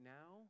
now